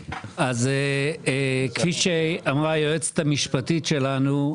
כפי שאמרה היועצת המשפטית שלנו,